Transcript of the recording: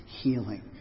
healing